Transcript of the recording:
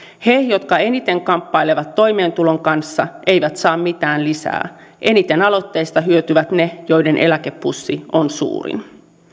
he jotka eniten kamppailevat toimeentulon kanssa eivät saa mitään lisää eniten aloitteesta hyötyvät ne joiden eläkepussi on suurin